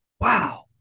Wow